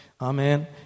Amen